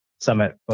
Summit